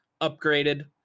upgraded